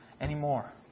anymore